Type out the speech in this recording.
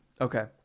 okay